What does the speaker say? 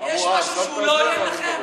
יש משהו שהוא לא עוין לכם?